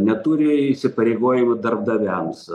neturi įsipareigojimų darbdaviams